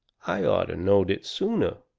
i orter knowed it sooner.